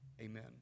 amen